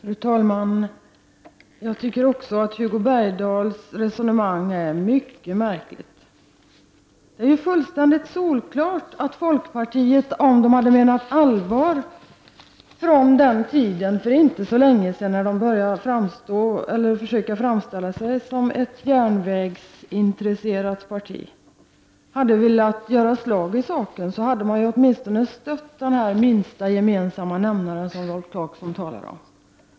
Fru talman! Jag tycker också att Hugo Bergdahls resonemang är mycket märkligt. Det är ju fullständigt solklart att om folkpartiet hade menat allvar från den tid för inte så länge sedan när man började försöka framställa sig som ett järnvägsintresserat parti och hade velat göra slag i saken, så hade man åtminstone stött den här minsta gemensamma nämnaren som Rolf Clarkson talar om.